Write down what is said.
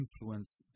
influence